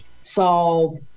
solve